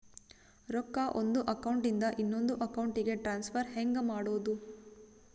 ರೊಕ್ಕ ಒಂದು ಅಕೌಂಟ್ ಇಂದ ಇನ್ನೊಂದು ಅಕೌಂಟಿಗೆ ಟ್ರಾನ್ಸ್ಫರ್ ಹೆಂಗ್ ಮಾಡೋದು?